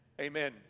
amen